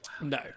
no